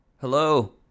Hello